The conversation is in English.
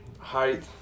height